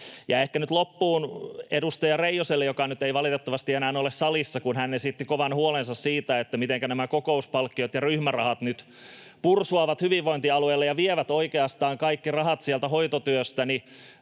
Ehkä nyt loppuun totean edustaja Reijoselle — joka nyt ei valitettavasti enää ole salissa — kun hän esitti kovan huolensa siitä, mitenkä nämä kokouspalkkiot ja ryhmärahat nyt pursuavat hyvinvointialueilla ja vievät oikeastaan kaikki rahat sieltä hoitotyöstä, että